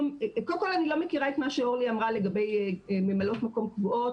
קודם כל אני לא מכירה את מה שאורלי אמרה לגבי ממלאות מקום קבועות.